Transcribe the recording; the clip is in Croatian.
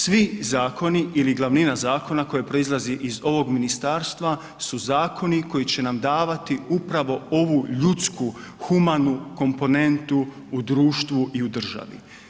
Svi zakoni ili glavnina zakona koje proizlazi iz ovog ministarstva su zakoni koji će nam davati upravo ovu ljudsku humanu komponentu u društvu i u državi.